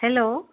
hello